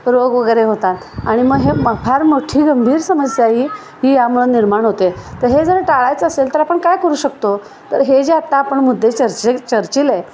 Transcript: रोग वगैरे होतात आणि मग हे फार मोठी गंभीर समस्या आहे ही यामुळं निर्माण होते तर हे जर टाळायचं असेल तर आपण काय करू शकतो तर हे जे आत्ता आपण मुद्दे चर्चे चर्चेिलेय